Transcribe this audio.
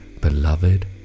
beloved